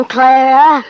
Clara